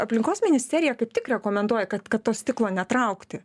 aplinkos ministerija kaip tik rekomenduoja kad kad to stiklo netraukti